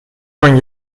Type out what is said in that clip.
van